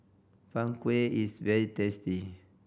Png Kueh is very tasty